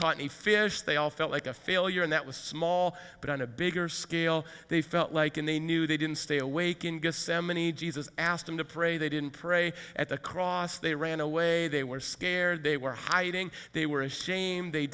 caught a fish they all felt like a failure and that was small but on a bigger scale they felt like and they knew they didn't stay awake in ghosts salmon e g zz's asked them to pray they didn't pray at the cross they ran away they were scared they were hiding they were ashamed they